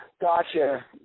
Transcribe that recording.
Gotcha